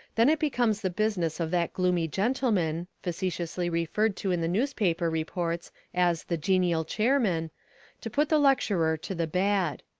then it becomes the business of that gloomy gentleman facetiously referred to in the newspaper reports as the genial chairman to put the lecturer to the bad.